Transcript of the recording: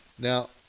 Now